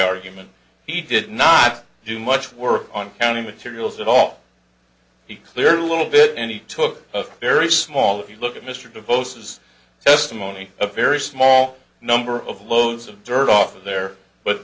argument he did not do much work on any materials at all he clearly little bit any took very small if you look at mr devotes his testimony a very small number of loads of dirt off of there but